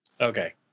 Okay